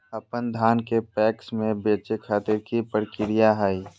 अपन धान के पैक्स मैं बेचे खातिर की प्रक्रिया हय?